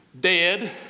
dead